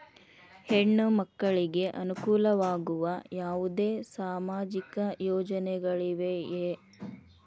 ಹೆಣ್ಣು ಮಕ್ಕಳಿಗೆ ಅನುಕೂಲವಾಗುವ ಯಾವುದೇ ಸಾಮಾಜಿಕ ಯೋಜನೆಗಳಿವೆಯೇ?